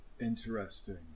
Interesting